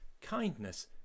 kindness